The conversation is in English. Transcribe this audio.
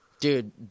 Dude